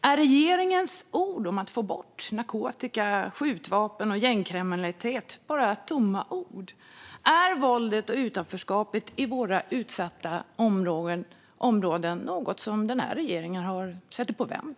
Är regeringens ord om att få bort narkotika, skjutvapen och gängkriminalitet bara tomma ord? Är våldet och utanförskapet i våra utsatta områden något som regeringen sätter på vänt?